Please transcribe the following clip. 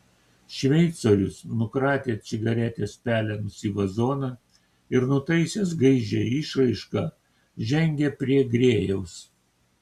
šveicorius nukratė cigaretės pelenus į vazoną ir nutaisęs gaižią išraišką žengė prie grėjaus